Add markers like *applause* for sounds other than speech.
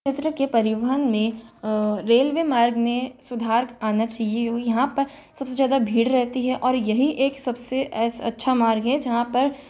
*unintelligible* के परिवहन में रेलवे मार्ग ने सुधार आना चाहिए वो यहाँ पर सबसे ज़्यादा भीड़ रहती है और यही एक सबसे ऐसा अच्छा मार्ग है जहाँ पर